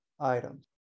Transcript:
items